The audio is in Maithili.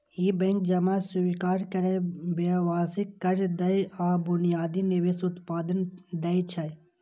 ई बैंक जमा स्वीकार करै, व्यावसायिक कर्ज दै आ बुनियादी निवेश उत्पाद दै छै